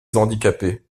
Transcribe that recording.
handicapés